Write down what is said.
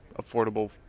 affordable